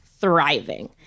thriving